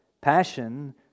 Passion